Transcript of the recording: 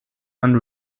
and